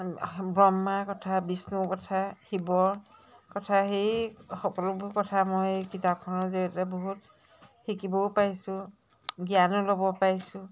ব্ৰহ্মাৰ কথা বিষ্ণুৰ কথা শিৱৰ কথা সেই সকলোবোৰ কথা মই কিতাপখনৰ জৰিয়তে বহুত শিকিবও পাৰিছোঁ জ্ঞানো ল'ব পাৰিছোঁ